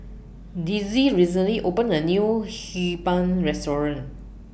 Dezzie recently opened A New Hee Pan Restaurant